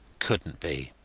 couldnt be.